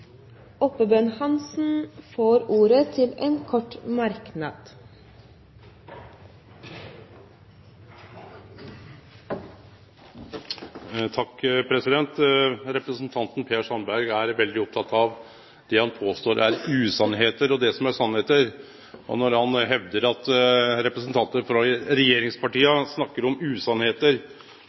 får ordet til en kort merknad, begrenset til 1 minutt. Representanten Per Sandberg er veldig oppteken av det han påstår er «usannheter», og det som er sanningar. Og når han hevdar at representantar frå regjeringspartia snakkar om